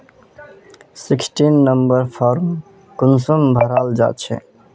Sixteen number form कुंसम भराल जाछे?